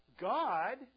God